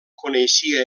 coneixia